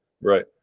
Right